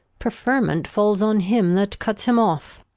preferment falls on him that cuts him off.